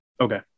Okay